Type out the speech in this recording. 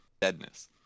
deadness